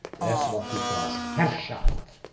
that's what he calls herrschaft.